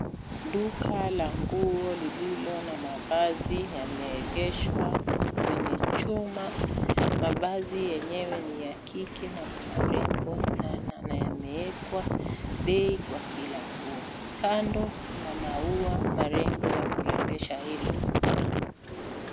Duka la nguo lililo na mavazi yameegeshwa kwenye chuma. Mavazi yenyewe ni ya kike na ni marembo sana na yamewekwa bei kwa kila nguo. Kando kuna maua marembo ya kurembesha hilo duka.